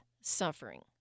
suffering